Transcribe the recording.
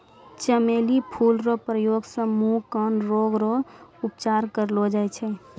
चमेली फूल रो प्रयोग से मुँह, कान रोग रो उपचार करलो जाय छै